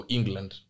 England